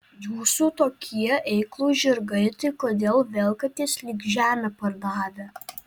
jūsų tokie eiklūs žirgai tai kodėl velkatės lyg žemę pardavę